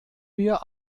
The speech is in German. wir